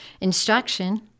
Instruction